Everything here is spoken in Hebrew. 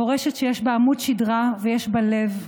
מורשת שיש בה עמוד שדרה ויש בה לב.